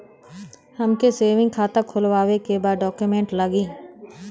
हमके सेविंग खाता खोलवावे के बा का डॉक्यूमेंट लागी?